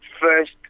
first